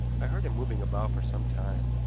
i heard him moving about for some time.